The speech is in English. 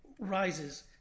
rises